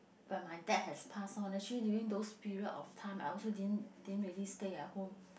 but my dad has passed on actually during those period of time I also didn't really stay at home